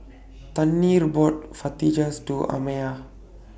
Tanner bought Fajitas to Amiya